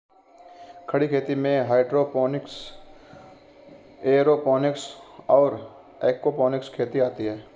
खड़ी खेती में हाइड्रोपोनिक्स, एयरोपोनिक्स और एक्वापोनिक्स खेती आती हैं